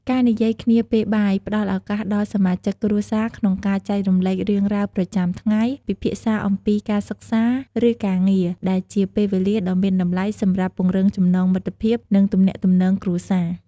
ការនិយាយគ្នាពេលបាយ ផ្តល់ឱកាសដល់សមាជិកគ្រួសារក្នុងការចែករំលែករឿងរ៉ាវប្រចាំថ្ងៃ ពិភាក្សាអំពីការសិក្សា ឬការងារ ដែលជាពេលវេលាដ៏មានតម្លៃសម្រាប់ពង្រឹងចំណងមិត្តភាព និងទំនាក់ទំនងគ្រួសារ។